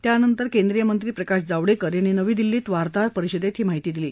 त्यानंतर माहिती आणि प्रसारणमंत्री प्रकाश जावडेकर यांनी नवी दिल्लीत वार्ताहरपरिषदेत ही माहिती दिली